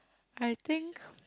I think